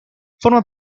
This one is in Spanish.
forma